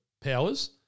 powers